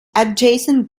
adjacent